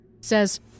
says